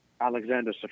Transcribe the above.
Alexander